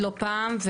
לא פעם,